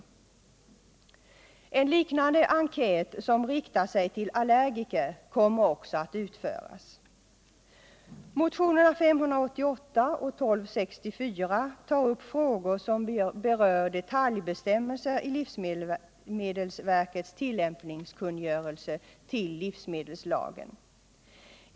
En liknande enkät som riktar sig till allergiker kommer också att utföras. I motionerna 588 och 1264 tas upp frågor som berör detaljbestämmelser i livsmedelsverkets tillämpningskungörelse till livsmedelslagen.